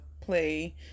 play